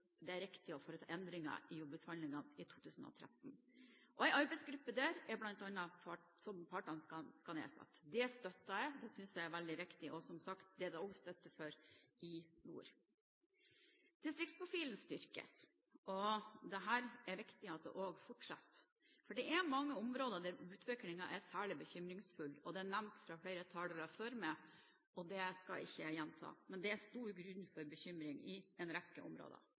det er riktig å foreta endringer til jordbruksforhandlingene i 2013. En arbeidsgruppe, der bl.a. partene skal delta, skal nedsettes. Det støtter jeg. Det synes jeg er veldig viktig, og det er det som sagt også støtte for i nord. Distriktsprofilen styrkes, og det er viktig at det fortsetter. For det er mange områder der utviklingen er særlig bekymringsfull. Dette er nevnt av flere talere før meg, så det skal jeg ikke gjenta, men det er stor grunn til bekymring i en rekke områder.